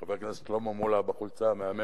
חבר הכנסת שלמה מולה בחולצה המהממת,